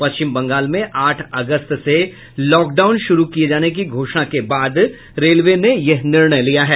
पश्चिम बंगाल में आठ अगस्त से लॉकडाउन शुरू किये जाने की घोषणा के बाद रेलवे ने यह निर्णय लिया है